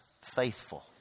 faithful